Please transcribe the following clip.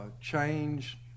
Change